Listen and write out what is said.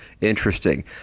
interesting